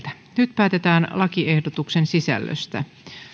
nyt päätetään lakiehdotusten sisällöstä